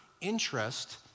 interest